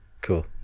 Cool